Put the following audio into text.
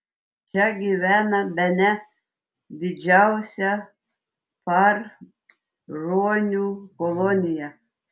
čia gyvena bene didžiausia par ruonių kolonija